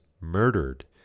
murdered